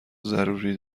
ضروری